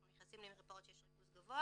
אנחנו נכנסים למרפאות שיש בהן ריכוז גבוה